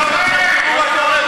הופה,